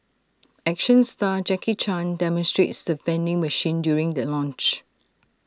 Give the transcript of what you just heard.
action star Jackie chan demonstrates the vending machine during the launch